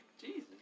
Jesus